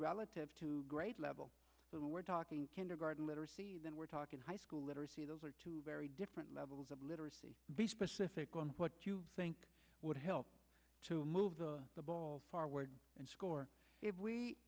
relative to grade level but we're talking kindergarten literacy then we're talking high school literacy those are two very different levels of literacy be specific on what you think would help to move the ball forward and score i